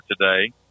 today